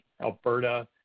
Alberta